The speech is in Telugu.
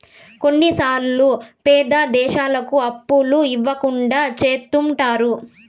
కొన్నిసార్లు పేద దేశాలకు అప్పులు ఇవ్వకుండా చెత్తుంటారు